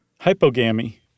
Hypogamy